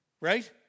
right